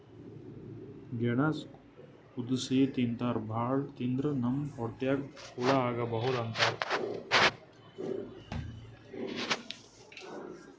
ಗೆಣಸ್ ಕುದಸಿ ತಿಂತಾರ್ ಭಾಳ್ ತಿಂದ್ರ್ ನಮ್ ಹೊಟ್ಯಾಗ್ ಹಳ್ಳಾ ಆಗಬಹುದ್ ಅಂತಾರ್